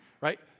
right